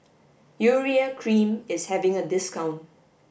urea cream is having a discount